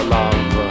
love